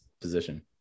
position